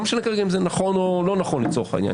לא משנה כרגע אם זה נכון או לא נכון לצורך העניין,